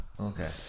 okay